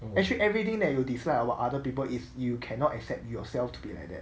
actually everything that you dislike about other people is you cannot accept yourself to be like that